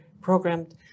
programmed